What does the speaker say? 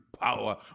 power